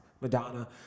Madonna